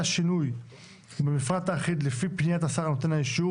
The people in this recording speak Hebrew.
שינוי במפרט האחיד לפי פניית השר נותן האישור.